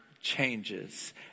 changes